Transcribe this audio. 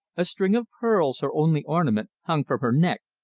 a string of pearls, her only ornament, hung from her neck,